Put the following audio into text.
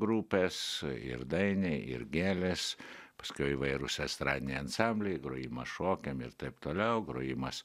grupės ir dainiai ir gėlės paskiau įvairūs estradiniai ansambliai grojimas šokiam ir taip toliau grojimas